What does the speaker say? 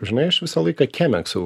žinai aš visą laiką kemeksu